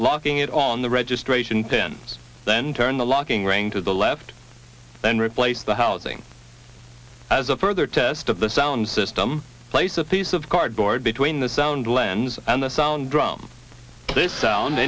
locking it on the registration pin then turn the locking ring to the left then replace the housing as a further test of the sound system place a piece of cardboard between the sound lense and the sound drum this sound